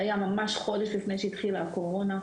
זה היה ממש חודש לפני שהתחילה הקורונה,